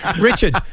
Richard